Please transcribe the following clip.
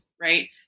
right